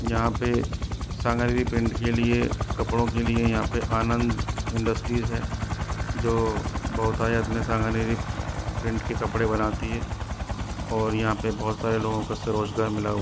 यहाँ पर सांगानेरी प्रिंट के लिए कपड़ों के लिए यहाँ पर आनंद इंडस्ट्रीज़ है जो बहुत आयात में सांगानेरी प्रिंट के कपड़े बनाती है और यहाँ पर बहुत सारे लोगों को इससे रोज़गार मिला हुआ है